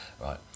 right